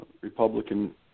Republican